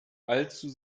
allzu